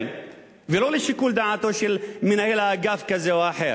ולא לשיקול דעתו של מנהל אגף כזה או אחר,